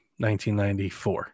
1994